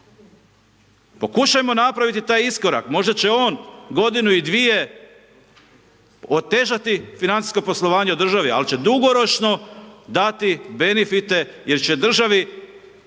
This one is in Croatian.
Pokušajmo napraviti taj iskorak, možda će on godinu i dvije otežati financijsko poslovanje u državi, ali će dugoročno dati benifite jer će državi